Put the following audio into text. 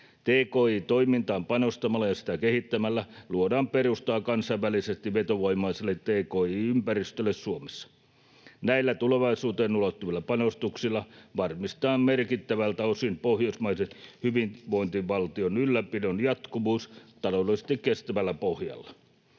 Tki-toimintaan panostamalla ja sitä kehittämällä luodaan perustaa kansainvälisesti vetovoimaiselle tki-ympäristölle Suomessa. Näillä tulevaisuuteen ulottuvilla panostuksilla varmistetaan merkittävältä osin pohjoismaisen hyvinvointivaltion ylläpidon jatkuvuus taloudellisesti kestävällä pohjalla.